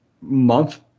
month